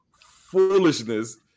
foolishness